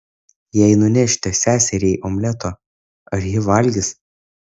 jei nunešite seseriai omleto ar ji valgys